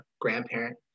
grandparent